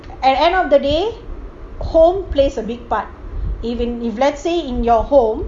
at end of the day home plays a big part even if let's say in your home